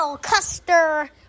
Custer